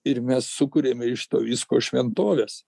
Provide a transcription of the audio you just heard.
ir mes sukuriame iš to visko šventoves